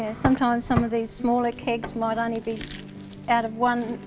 sometimes some of these smaller kegs might only be out of one,